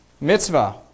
Mitzvah